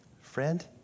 Friend